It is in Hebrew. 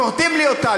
כורתים לי אותה,